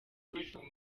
amatungo